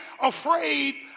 afraid